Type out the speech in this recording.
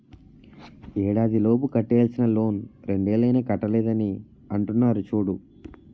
ఏడాదిలోపు కట్టేయాల్సిన లోన్ రెండేళ్ళు అయినా కట్టలేదని అంటున్నారు చూడు